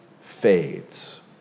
fades